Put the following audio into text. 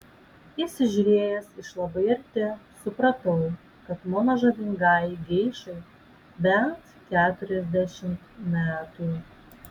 įsižiūrėjęs iš labai arti supratau kad mano žavingajai geišai bent keturiasdešimt metų